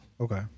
Okay